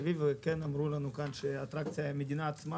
אמרו לנו כאן שהאטרקציה היא המדינה עצמה